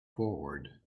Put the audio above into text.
forward